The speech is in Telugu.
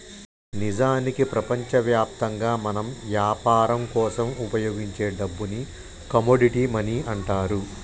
నిజానికి ప్రపంచవ్యాప్తంగా మనం యాపరం కోసం ఉపయోగించే డబ్బుని కమోడిటీ మనీ అంటారు